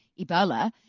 Ebola